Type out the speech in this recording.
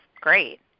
great